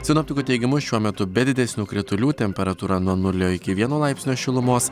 sinoptikų teigimu šiuo metu be didesnių kritulių temperatūra nuo nulio iki vieno laipsnio šilumos